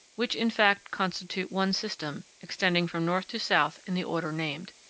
which in fact constitute one system, extending from north to south in the order named.